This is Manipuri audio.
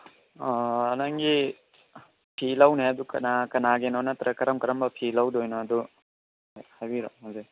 ꯅꯪꯒꯤ ꯐꯤ ꯂꯧꯅꯤ ꯍꯥꯏꯕꯗꯣ ꯀꯅꯥ ꯀꯅꯥꯒꯤꯅꯣ ꯅꯠꯇ꯭ꯔꯒ ꯀꯔꯝ ꯀꯔꯝꯕ ꯐꯤ ꯂꯧꯗꯣꯏꯅꯣꯗꯣ ꯍꯥꯏꯕꯤꯔꯛꯑꯣ ꯍꯧꯖꯤꯛ